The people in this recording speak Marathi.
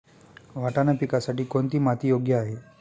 वाटाणा पिकासाठी कोणती माती योग्य आहे?